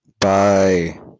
Bye